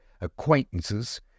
acquaintances